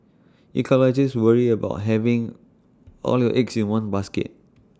ecologists worry about having all your eggs in one basket